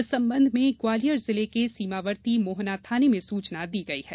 इस संबंध में ग्वालियर जिले के सीमावर्ती मोहना थाने में सूचना दी गई है